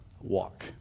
walk